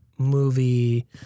movie